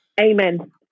Amen